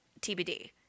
TBD